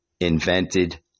invented